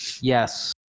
Yes